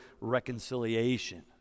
reconciliation